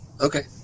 Okay